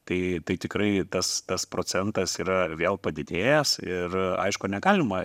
tai tai tikrai tas tas procentas yra vėl padidėjęs ir aišku negalima